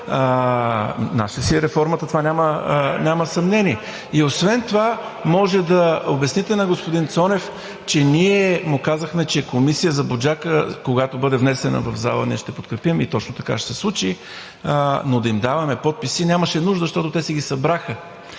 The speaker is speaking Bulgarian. Наша си е реформата – в това няма съмнение. И освен това, може да обясните на господин Цонев, че му казахме, че комисия за „Буджака“, когато бъде внесена в залата, ние ще подкрепим и точно така ще се случи. Но да им даваме подписи нямаше нужда, защото те си ги събраха.